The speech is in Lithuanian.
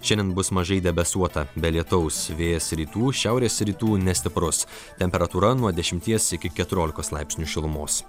šiandien bus mažai debesuota be lietaus vėjas rytų šiaurės rytų nestiprus temperatūra nuo dešimties iki keturiolikos laipsnių šilumos